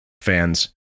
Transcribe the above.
fans